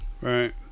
right